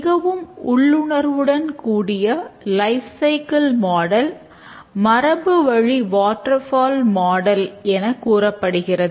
மிகவும் உள்ளுணர்வுடன் கூடிய லைப் சைக்கிள் மாடல் மரபுவழி வாட்டர் ஃபால் மாடல் என கூறப்படுகிறது